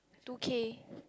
two K